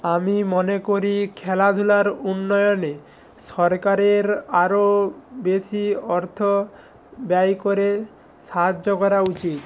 আমি মনে করি খেলাধূলার উন্নয়নে সরকারের আরও বেশি অর্থ ব্যয় করে সাহায্য করা উচিত